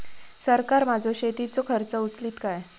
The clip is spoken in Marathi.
सरकार माझो शेतीचो खर्च उचलीत काय?